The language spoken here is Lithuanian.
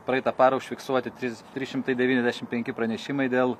praitą parą užfiksuoti trys trys šimtai devyniasdešim penki pranešimai dėl